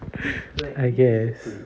I guess